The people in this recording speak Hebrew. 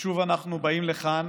ושוב אנחנו באים לכאן